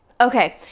Okay